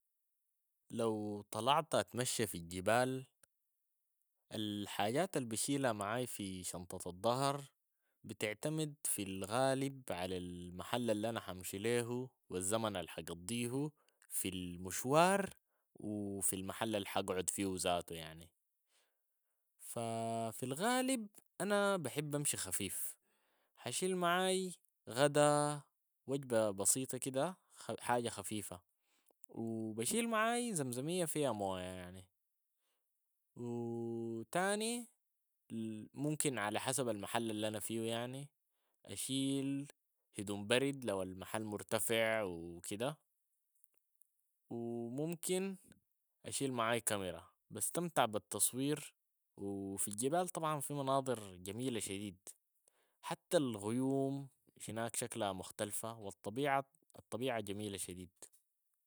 لو طلعت اتمشي في الجبال، الحاجات البشيلها معاي في شنطة الضهر بتعتمد في الغالب على المحل الانا حمشي ليهو و الزمن الحقضيه في المشوار و في المحل الحقعد فيهو زاتو يعني، ف- في الغالب انا بحب امشي خفيف، حشيل معاي غدا وجبة بسيطة كده خد- حاجة خفيفة و بشيل معاي زمزمية فيها موية يعني و- تاني ل- ممكن على حسب المحل الانا فيهو يعني اشيل هدوم برد لو المحل مرتفع و كده و ممكن اشيل معاي كاميرا، بستمتع بالتصوير و في الجبال طبعا في مناظر جميلة شديد، حتى الغيوم هناك شكلها مختلفة و الطبيعة، الطبيعة جميلة شديد.